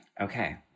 Okay